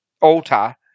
alter